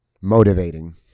motivating